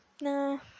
no